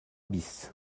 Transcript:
bis